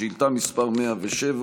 שאילתה מס' 107,